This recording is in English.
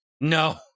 No